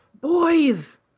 Boys